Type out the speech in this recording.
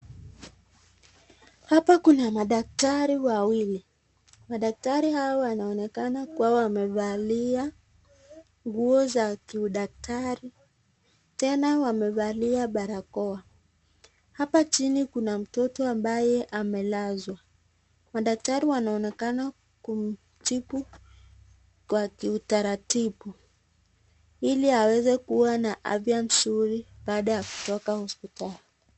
Hapa kuna madaktari wawili, madaktari hawa wanaonekana kuwa wamevalia nguo za kiudaktari ,tena wamevalia barakoa, hapa chini kuna mtoto ambaye amelazwa. Madaktari wanaonekana kumtibu kwa kiutaratibu ili aweze kua na afya nzuri baada ya kutoka hospitali